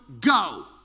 go